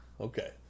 Okay